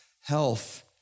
health